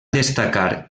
destacar